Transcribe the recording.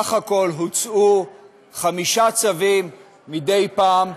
בסך הכול הוצאו חמישה צווים מדי פעם,